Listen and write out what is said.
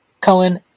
Cohen